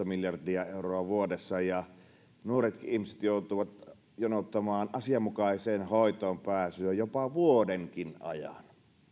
miljardia euroa vuodessa ja nuoretkin ihmiset joutuivat jonottamaan asianmukaiseen hoitoon pääsyä jopa vuodenkin ajan